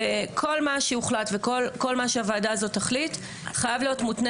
כל מה שהוועדה הזאת תחליט חייב להיות מותנה